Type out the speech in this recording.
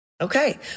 Okay